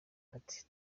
ati